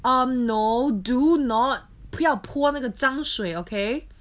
um no do not 不要泼那个脏水 okay